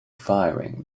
firing